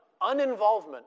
uninvolvement